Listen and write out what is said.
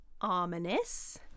ominous